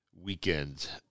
weekend